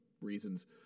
reasons